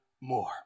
more